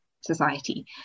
society